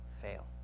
fail